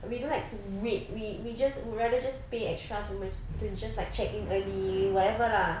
we don't like to wait we we just would rather just pay extra to just like check in early whatever lah